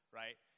right